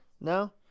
No